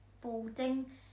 folding